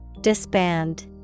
Disband